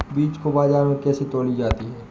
बीज को बाजार में कैसे तौली जाती है?